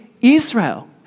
Israel